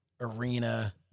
arena